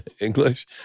english